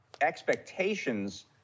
expectations